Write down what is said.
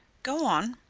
go on.